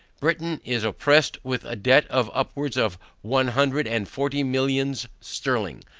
britain is oppressed with a debt of upwards of one hundred and forty millions sterling,